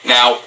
Now